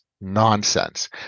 nonsense